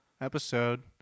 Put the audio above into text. episode